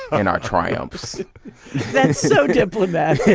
in our triumphs that's so diplomatic